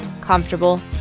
comfortable